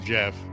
Jeff